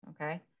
okay